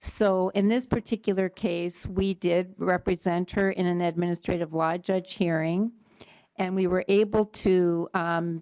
so in this particular case we did represent her in and administrative law judge hearing and we were able to